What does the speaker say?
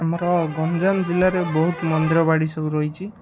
ଆମର ଗଞ୍ଜାମ ଜିଲ୍ଲାରେ ବହୁତ ମନ୍ଦିରବାଡ଼ି ସବୁ ରହିଛି